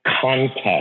context